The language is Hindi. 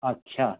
अच्छा